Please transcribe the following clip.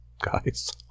guys